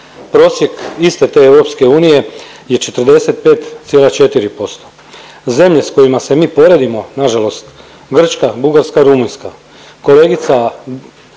Prosjek iste te EU je 45,4%. Zemlje s kojima se mi poredimo, nažalost Grčka, Bugarska, Rumunjska. Kolegica